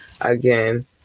Again